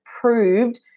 proved